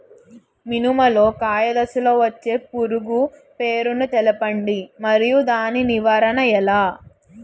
మినుము లో కాయ దశలో వచ్చే పురుగు పేరును తెలపండి? మరియు దాని నివారణ ఎలా?